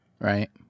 Right